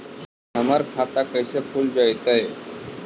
हमर खाता कैसे खुल जोताई?